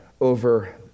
over